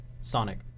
Sonic